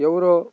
ఎవరో